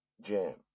Jam